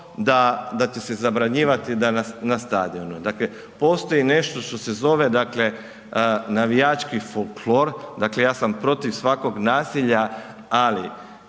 da ti se zabranjivati da na stadionu. Dakle, postoji nešto što se zove navijački folklor, dakle ja sam protiv svakog nasilja, ali